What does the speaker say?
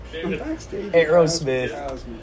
Aerosmith